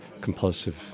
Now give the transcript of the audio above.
compulsive